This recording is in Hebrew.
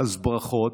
אז ברכות.